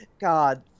god